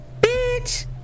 Bitch